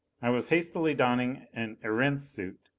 i was hastily donning an erentz suit.